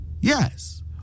Yes